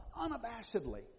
unabashedly